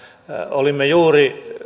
olimme juuri